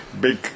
big